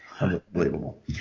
unbelievable